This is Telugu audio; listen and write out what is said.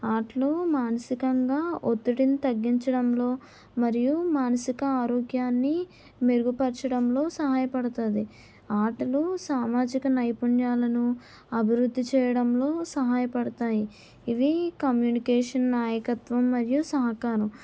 ఆటలు మానసికంగా ఒత్తిడిని తగ్గించడంలో మరియు మానసిక ఆరోగ్యాన్ని మెరుగుపరచడంలో సహాయపడుతాది ఆటలు సామాజిక నైపుణ్యాలను అభివృద్ధి చేయడంలో సహాయపడతాయి ఇవి కమ్యూనికేషన్ నాయకత్వం మరియు సహకారం